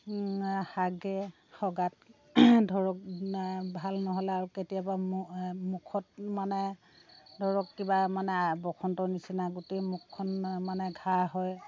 হাগে হগাত ধৰক ভাল নহ'লে আৰু কেতিয়াবা মুখত মানে ধৰক কিবা মানে বসন্ত নিচিনা গোটেই মুখখন মানে ঘাঁ হয়